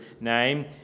name